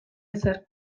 ezer